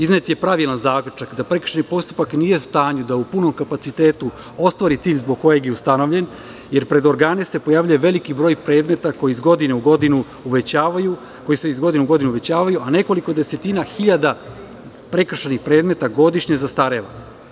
Iznet je pravilan zaključak, da prekršajni postupak nije u stanju da u punom kapacitetu ostvari cilj zbog kojeg je ustanovljen, jer pred organe se pojavljuje veliki broj predmeta koji se iz godine u godinu uvećavaju, a nekoliko desetina hiljada prekršajnih predmeta godišnje zastareva.